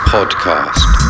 Podcast